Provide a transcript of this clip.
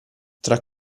tra